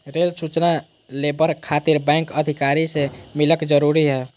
Rail सूचना labour खातिर bank अधिकारी से मिलक जरूरी है?